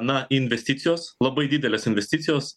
na investicijos labai didelės investicijos